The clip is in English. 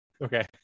Okay